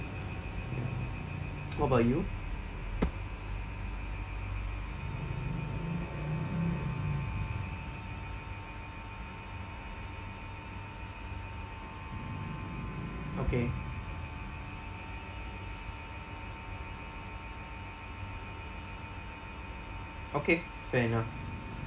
ya what about you okay okay fair enough